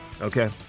Okay